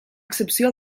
excepció